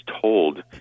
told